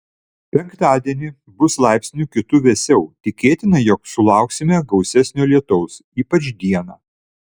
penktadienį bus laipsniu kitu vėsiau tikėtina jog sulauksime gausesnio lietaus ypač dieną